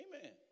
Amen